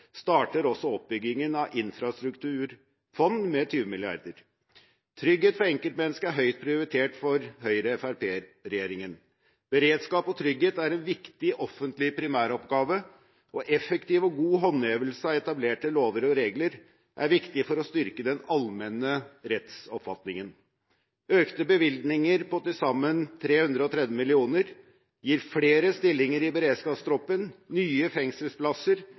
starter også oppbyggingen av infrastrukturfond med 20 mrd. kr. Trygghet for enkeltmennesket er høyt prioritert for Høyre–Fremskrittsparti-regjeringen. Beredskap og trygghet er en viktig offentlig primæroppgave, og effektiv og god håndhevelse av etablerte lover og regler er viktig for å styrke den allmenne rettsoppfatningen. Økte bevilgninger på til sammen 330 mill. kr gir flere stillinger i beredskapstroppen, nye fengselsplasser